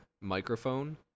microphone